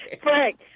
Frank